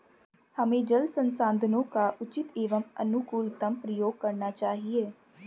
हमें जल संसाधनों का उचित एवं अनुकूलतम प्रयोग करना चाहिए